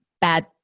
bad